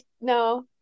no